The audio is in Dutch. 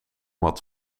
wat